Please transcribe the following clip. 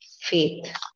Faith